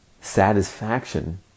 satisfaction